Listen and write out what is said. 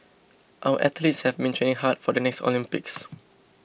our athletes have been training hard for the next Olympics